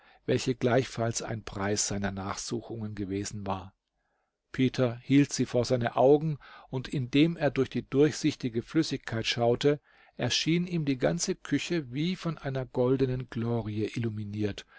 welche gleichfalls ein preis seiner nachsuchungen gewesen war peter hielt sie vor seine augen und indem er durch die durchsichtige flüssigkeit schaute erschien ihm die ganze küche wie von einer goldenen glorie illuminiert